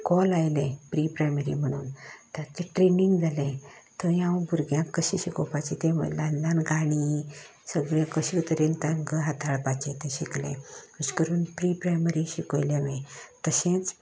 call आयलें pre primary म्हणन ताचें ट्रेनींग जालें थंय हांव भुरग्याक कशें शिकोवपाचें तें व ल्हान ल्हान काणी सगळें कशे तरेन तांकां हाताळपाचें तें शिकलें अशें करून प्री प्रायमरी शिकयलें हांवें तशेंच